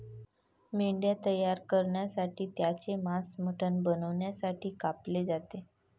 मेंढ्या तयार करण्यासाठी त्यांचे मांस मटण बनवण्यासाठी कापले जाते